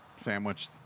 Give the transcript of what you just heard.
sandwich